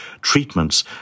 treatments